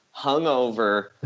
hungover